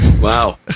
Wow